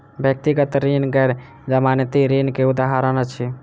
व्यक्तिगत ऋण गैर जमानती ऋण के उदाहरण अछि